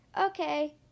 Okay